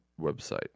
website